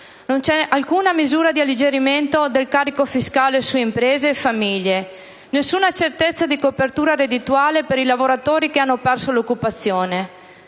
Non c'è alcuna misura di alleggerimento del carico fiscale su imprese e famiglie, nessuna certezza di copertura reddituale per i lavoratori che hanno perso l'occupazione.